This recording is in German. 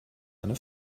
eine